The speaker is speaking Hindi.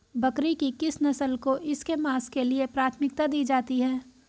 बकरी की किस नस्ल को इसके मांस के लिए प्राथमिकता दी जाती है?